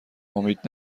امید